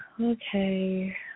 okay